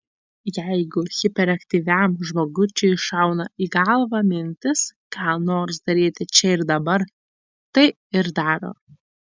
jeigu hiperaktyviam žmogučiui šauna į galvą mintis ką nors daryti čia ir dabar tai ir daro